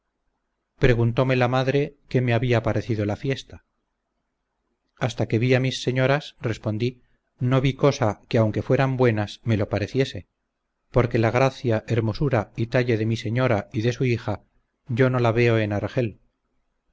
darte preguntóme la madre qué me había parecido la fiesta hasta que vi a mis señoras respondí no vi cosa que aunque eran buenas me lo pareciese porque la gracia hermosura y talle de mi señora y de su hija yo no la veo en argel